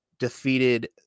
defeated